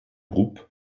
groupe